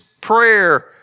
prayer